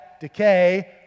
decay